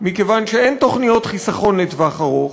מכיוון שאין תוכניות חיסכון לטווח ארוך.